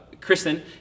Kristen